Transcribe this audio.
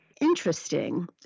Interesting